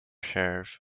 sheriff